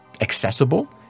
accessible